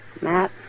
Matt